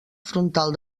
frontal